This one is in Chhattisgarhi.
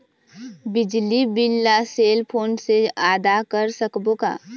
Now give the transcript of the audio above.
बिजली बिल ला सेल फोन से आदा कर सकबो का?